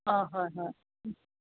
অঁ হয় হয়